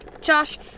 Josh